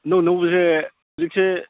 ꯑꯅꯧ ꯑꯅꯧꯕꯁꯦ ꯍꯧꯖꯤꯛꯁꯦ